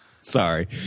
sorry